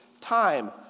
time